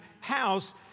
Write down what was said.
house